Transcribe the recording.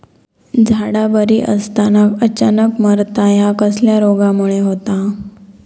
झाडा बरी असताना अचानक मरता हया कसल्या रोगामुळे होता?